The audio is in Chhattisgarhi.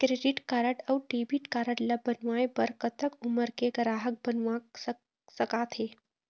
क्रेडिट कारड अऊ डेबिट कारड ला बनवाए बर कतक उमर के ग्राहक बनवा सका थे?